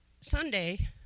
Sunday